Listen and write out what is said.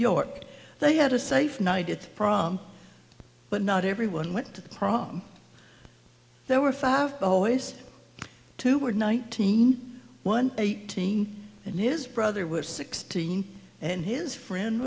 york they had a safe night it prom but not everyone went to the prom there were five boys to were nineteen one eighteen and his brother was sixteen and his friend